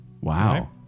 Wow